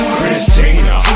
Christina